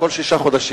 בכל שישה חודשים,